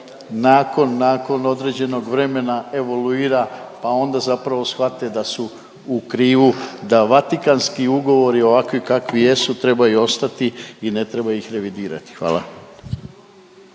nakon određenog vremena evoluira pa onda zapravo shvate da su u krivu, da vatikanski ugovori ovakvi kakvi jesu trebaju ostati i ne treba ih revidirati. Hvala.